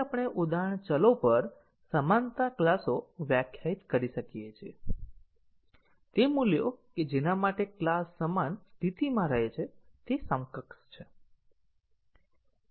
આપણે ઉદાહરણ ચલો પર સમાનતા ક્લાસો વ્યાખ્યાયિત કરી શકીએ છીએ તે મૂલ્યો કે જેના માટે ક્લાસ સમાન સ્થિતિમાં રહે છે તે સમકક્ષ છે